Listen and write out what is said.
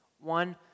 One